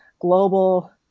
global